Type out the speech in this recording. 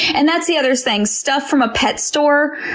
and that's the other thing, stuff from a pet store,